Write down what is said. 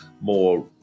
more